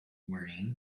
wearing